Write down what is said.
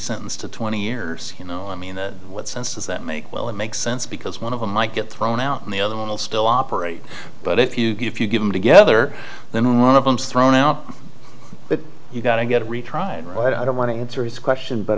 sentenced to twenty years you know i mean what sense does that make well it makes sense because one of them might get thrown out and the other one will still operate but if you give you get them together then one of them's thrown out but you've got to get retried right i don't want to answer his question but